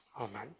Amen